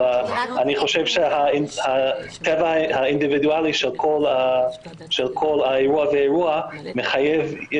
אבל אני חושב שטבע האינדיבידואלי של כל אירוע ואירוע מחייב.